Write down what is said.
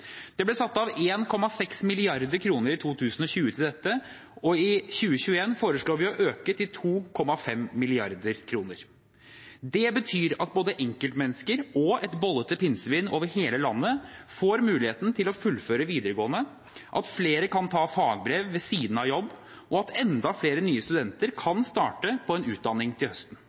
Det ble satt av 1,6 mrd. kr i 2020 til dette, og i 2021 foreslår vi å øke til 2,5 mrd. kr. Det betyr at både enkeltmennesker og bollete pinnsvin over hele landet får muligheten til å fullføre videregående, at flere kan ta fagbrev ved siden av jobb, og at enda flere nye studenter kan starte på en utdanning til høsten.